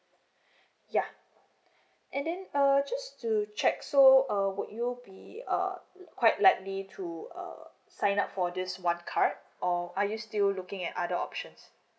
ya and then uh just to check so uh would you be uh quite likely to uh sign up for this one card or are you still looking at other options